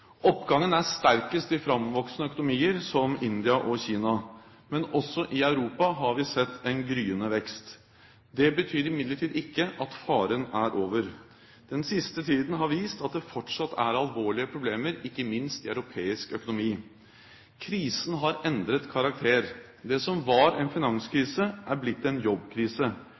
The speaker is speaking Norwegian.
Oppgangen er sterkest i framvoksende økonomier som India og Kina. Men også i Europa har vi sett en gryende vekst. Det betyr imidlertid ikke at faren er over. Den siste tiden har vist at det fortsatt er alvorlige problemer, ikke minst i europeisk økonomi. Krisen har endret karakter. Det som var en finanskrise, er blitt en jobbkrise.